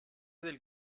del